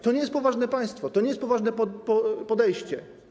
To nie jest poważne państwo, to nie jest poważne podejście.